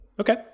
Okay